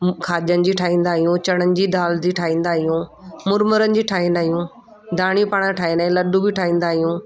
खाॼनि जी ठाहींदा आहियूं चणनि दे दाल जी ठाहींदा आहियूं मुरमुरनि जी ठाहींदा आहियूं दाणियूं पाण ठाहींदा आहियूं लड्डू बि ठाहींदा आहियूं